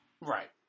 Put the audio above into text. Right